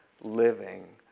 living